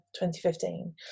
2015